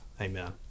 Amen